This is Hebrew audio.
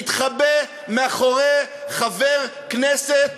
להתחבא מאחורי חבר כנסת